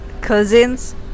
cousin's